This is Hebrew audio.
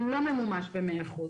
לא ממומש במאה אחוז.